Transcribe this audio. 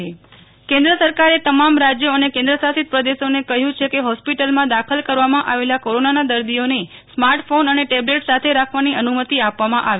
Nehal Thakkar corona દર્દીઓ smartphone કેન્દ્ર સરકારે તમામ રાજ્યો અને કેન્દ્રશાસિત પ્રદેશોને કહયું છે કે હોસ્પિટલમાં દાખલ કરવામાં આવેલા કોરોનાના દર્દીઓને સ્માર્ટ ફોન અને ટેબલેટ સાથે રાખવાની અનુમતી આપવમાં આવે